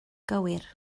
gywir